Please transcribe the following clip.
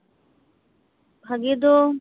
ᱵᱷᱟᱜᱮ ᱫᱚ